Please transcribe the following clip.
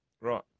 Right